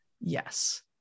Yes